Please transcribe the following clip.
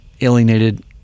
alienated